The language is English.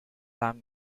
lamb